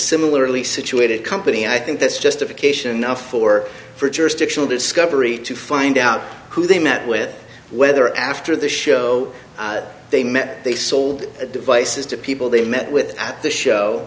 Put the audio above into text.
similarly situated company i think that's justification enough for for jurisdictional discovery to find out who they met with whether after the show they met they sold the devices to people they met with at the show